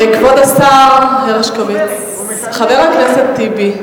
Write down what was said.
כבוד השר הרשקוביץ, חבר הכנסת טיבי,